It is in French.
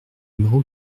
numéro